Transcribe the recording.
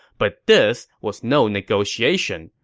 but this was no negotiation.